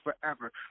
forever